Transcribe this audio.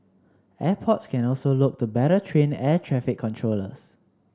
airports can also look to better train air traffic controllers